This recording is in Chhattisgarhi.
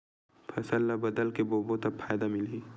फसल ल बदल के बोबो त फ़ायदा मिलही?